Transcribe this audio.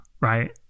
right